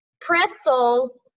pretzels